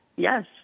Yes